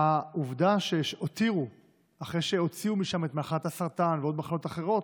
והעובדה שאחרי שהוציאו משם את מחלת הסרטן ועוד מחלות אחרות,